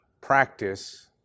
practice